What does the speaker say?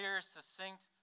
succinct